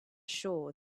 sure